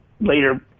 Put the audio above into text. later